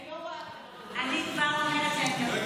רגע, רגע, יש עוד דוברים.